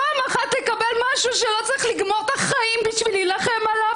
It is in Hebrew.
פעם אחת לקבל משהו שלא צריך לגמור את החיים בשביל להילחם עליו?